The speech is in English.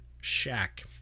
shack